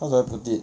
how do I put it